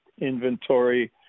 inventory